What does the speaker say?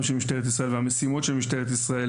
של משטרת ישראל והמשימות של משטרת ישראל,